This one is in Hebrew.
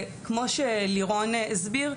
כמו שלירון הסביר,